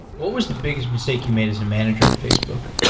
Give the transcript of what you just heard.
what was the biggest mistake you made as a manager at facebook?